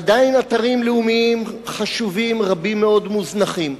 עדיין אתרים לאומיים חשובים רבים מאוד מוזנחים.